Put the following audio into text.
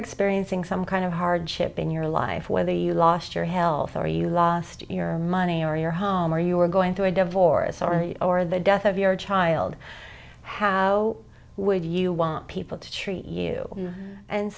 experiencing some kind of hardship in your life whether you lost your health or you lost your money or your home or you were going through a divorce or or the death of your child how would you want people to treat you and